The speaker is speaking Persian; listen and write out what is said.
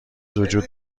وجود